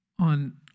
On